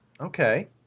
Okay